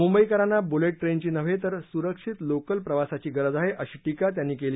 मुंबईकरांना बुलेट ट्रेनची नव्हे तर सुरक्षित लोकल प्रवासाची गरज आहे अशी टीका त्यांनी केली